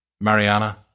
Mariana